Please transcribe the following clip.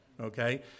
okay